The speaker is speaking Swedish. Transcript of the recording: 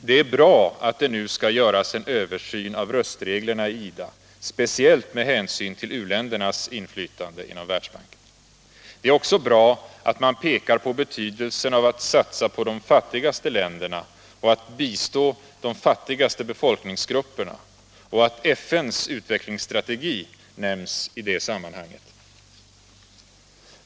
Det är bra att det nu Internationellt utvecklingssamar Det är också bra att man pekar på betydelsen av att satsa på de fattigaste länderna och att bistå de fattigaste befolkningsrupperna och att FN:s utvecklingsstrategi nämns i det sammanhanget.